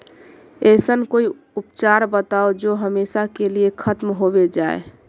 ऐसन कोई उपचार बताऊं जो हमेशा के लिए खत्म होबे जाए?